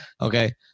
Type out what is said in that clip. Okay